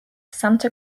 santa